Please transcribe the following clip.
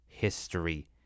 History